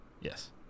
Yes